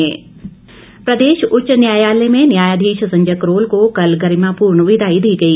उच्च न्यायालय प्रदेश उच्च न्यायालय में न्यायाधीश संजय करोल को कल गरिमापूर्ण विदाई दी गई